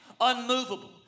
unmovable